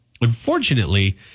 unfortunately